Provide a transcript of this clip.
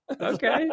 okay